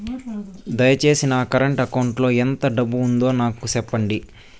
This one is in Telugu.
దయచేసి నా కరెంట్ అకౌంట్ లో ఎంత డబ్బు ఉందో నాకు సెప్పండి